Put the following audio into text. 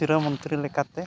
ᱥᱤᱨᱟᱹ ᱢᱚᱱᱛᱨᱤ ᱞᱮᱠᱟᱛᱮ